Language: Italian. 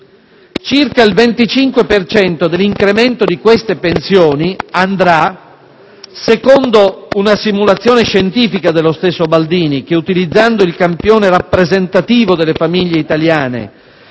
per cento dell'incremento di queste pensioni andrà - secondo una simulazione scientifica dello stesso Baldini che, utilizzando il campione rappresentativo delle famiglie italiane,